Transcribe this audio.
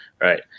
right